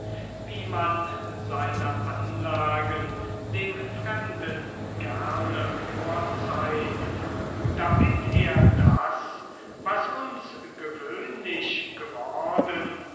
wie man seine anlagen dem fremden gerne vorzeigt damit er das was uns gewöhnlich geworden